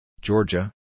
Georgia